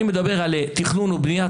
אני מדבר על תכנון ובנייה,